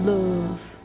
Love